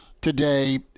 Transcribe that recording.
today